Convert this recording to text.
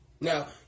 Now